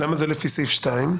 למה זה לפי סעיף 2?